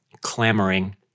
clamoring